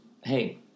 Hey